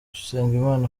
usengimana